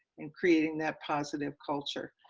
and creating that positive culture.